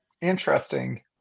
interesting